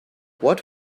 what